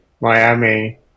Miami